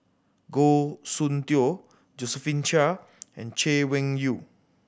Goh Soon Tioe Josephine Chia and Chay Weng Yew